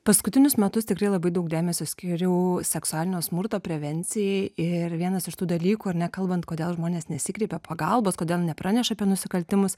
paskutinius metus tikrai labai daug dėmesio skyriau seksualinio smurto prevencijai ir vienas iš tų dalykų ar ne kalbant kodėl žmonės nesikreipia pagalbos kodėl nepraneša apie nusikaltimus